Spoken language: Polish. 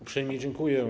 Uprzejmie dziękuję.